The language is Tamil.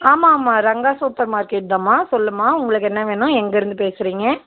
ஆமாம்மா ரங்கா சூப்பர் மார்க்கெட் தான்மா சொல்லும்மா உங்களுக்கு என்ன வேணும் எங்கேருந்து பேசுறீங்க